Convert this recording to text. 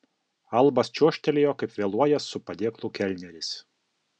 albas čiuožtelėjo kaip vėluojąs su padėklu kelneris